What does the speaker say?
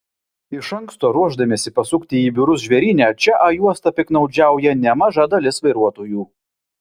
iš anksto ruošdamiesi pasukti į biurus žvėryne čia a juosta piktnaudžiauja nemaža dalis vairuotojų